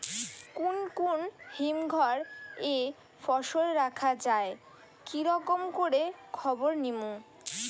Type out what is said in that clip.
কুন কুন হিমঘর এ ফসল রাখা যায় কি রকম করে খবর নিমু?